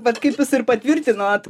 bet kaip jūs ir patvirtinot